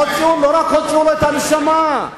הוציאו לו את הנשמה.